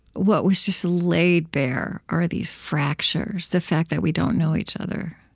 what was just laid bare are these fractures, the fact that we don't know each other,